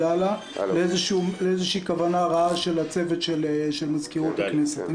על איזושהי כוונה רעה של הצוות של מזכירות הכנסת.